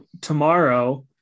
Tomorrow